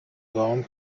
گام